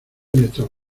nuestras